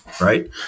right